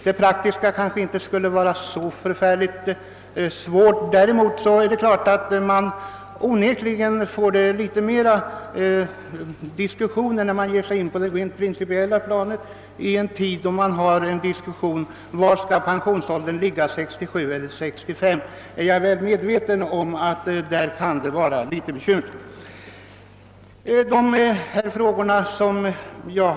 De praktiska problemen skulle kanske inte vara så svåra att lösa. På det principiella planet däremot är svårigheterna större, särskilt när det förs en allmän diskussion om huruvida pensionsåldern skall ligga vid 67 eller 65 år. Jag är väl medveten om att det kan bli bekymmer härvidlag.